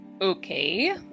Okay